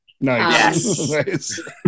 Nice